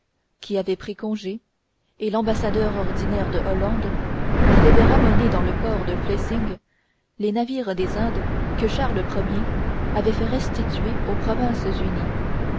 qui avait pris congé et l'ambassadeur ordinaire de hollande qui devait ramener dans le port de flessingue les navires des indes que charles ier avait fait restituer aux provinces unies mais